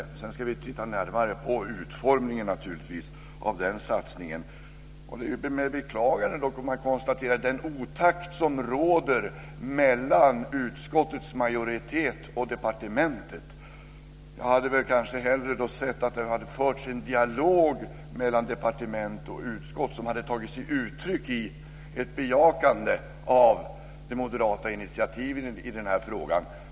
Sedan ska vi naturligtvis titta närmare på utformningen av den satsningen. Med beklagande kan jag konstatera att det råder en otakt mellan utskottets majoritet och departementet. Jag hade kanske hellre sett att det hade förts en dialog mellan departement och utskott som hade tagit sig uttryck i ett bejakande av det moderata initiativet i den här frågan.